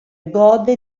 gode